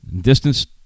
distance